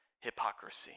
hypocrisy